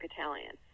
Italian